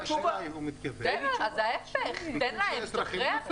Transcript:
אז ההיפך, תן להם, תשחרר.